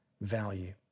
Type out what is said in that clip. value